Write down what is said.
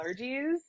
allergies